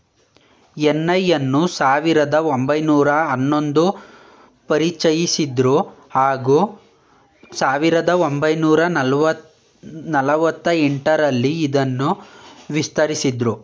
NI ಅನ್ನು ಸಾವಿರದ ಒಂಬೈನೂರ ಹನ್ನೊಂದು ಪರಿಚಯಿಸಿದ್ರು ಹಾಗೂ ಸಾವಿರದ ಒಂಬೈನೂರ ನಲವತ್ತ ಎಂಟರಲ್ಲಿ ಇದನ್ನು ವಿಸ್ತರಿಸಿದ್ರು